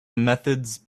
methods